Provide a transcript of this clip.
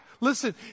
Listen